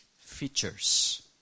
features